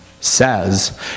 says